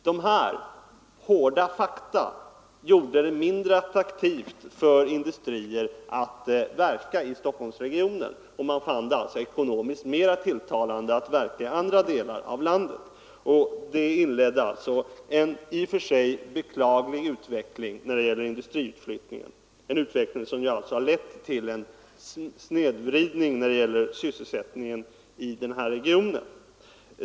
Dessa hotande fakta gjorde det mindre attraktivt för industrier att verka i Stockholmsregionen, och man fann det alltså ekonomiskt mera tilltalande att verka i andra delar av landet. Det inledde en i och för sig beklaglig utveckling när det gäller industriutflyttningen — en utveckling som lett till snedvridning i fråga om sysselsättningen inom regionen.